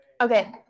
Okay